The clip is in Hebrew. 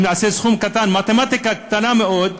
אם נעשה סכום קטן, מתמטיקה קטנה מאוד,